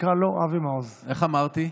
איך אמרתי?